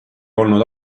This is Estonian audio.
olnud